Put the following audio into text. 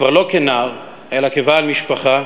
כבר לא כנער אלא כבעל משפחה.